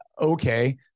Okay